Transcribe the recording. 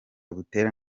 butera